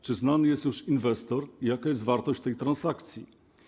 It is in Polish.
Czy znany jest już inwestor i jaka jest wartość tej transakcji?